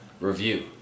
review